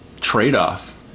trade-off